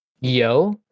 yo